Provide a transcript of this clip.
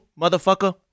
motherfucker